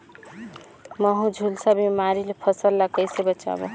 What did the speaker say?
महू, झुलसा बिमारी ले फसल ल कइसे बचाबो?